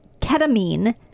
ketamine